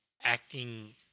acting